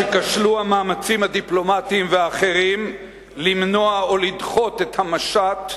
לאחר שכשלו המאמצים הדיפלומטיים והאחרים למנוע או לדחות את המשט,